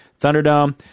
Thunderdome